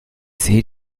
seh